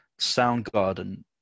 Soundgarden